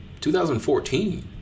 2014